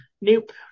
nope